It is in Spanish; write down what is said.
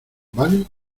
vale